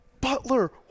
butler